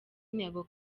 intego